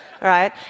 right